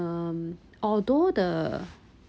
um although the